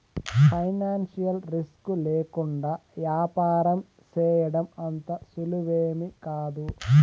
financial risk లేకుండా యాపారం సేయడం అంత సులువేమీకాదు